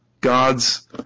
God's